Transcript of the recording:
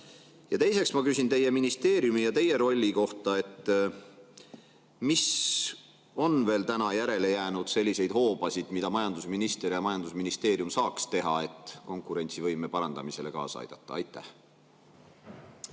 Ja teiseks ma küsin teie ministeeriumi ja teie rolli kohta: kas on veel järele jäänud selliseid hoobasid, mida majandusminister ja majandusministeerium saaks [kasutada], et konkurentsivõime parandamisele kaasa aidata? Austatud